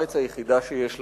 בארץ היחידה שיש לנו.